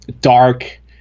dark